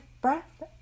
breath